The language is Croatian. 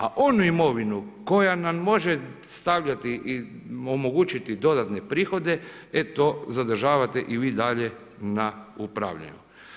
A onu imovinu, koja nam može stavljati i omogućiti dodatne prihode, e to zadržavate i vi dalje na upravljanju.